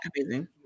amazing